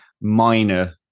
minor